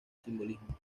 simbolismo